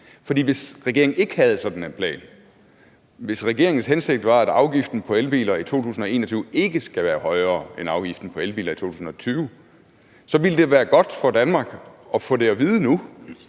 hvis regeringen ikke havde sådan en plan, og hvis regeringens hensigt var, at afgiften på elbiler i 2021 ikke skal være højere end afgiften på elbiler i 2020, så ville det være godt for Danmark at få det at vide nu.